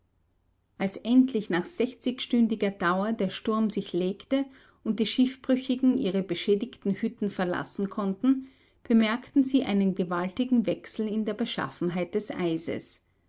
als endlich nach sechzigstündiger dauer der sturm sich legte und die schiffbrüchigen ihre beschädigten hütten verlassen konnten bemerkten sie einen gewaltigen wechsel in der beschaffenheit des eises